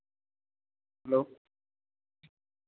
hello